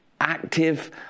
active